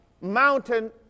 mountain